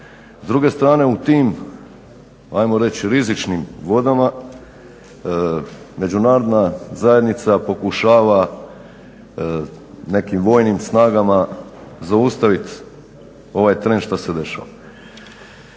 S druge strane u tim, ajmo reći rizičnim vodama, međunarodna zajednica pokušava nekim vojnim snagama zaustaviti ovaj trend što se dešava.